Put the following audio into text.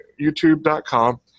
youtube.com